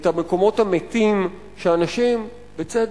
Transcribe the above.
את המקומות המתים שאנשים, בצדק,